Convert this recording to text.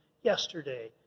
yesterday